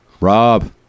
Rob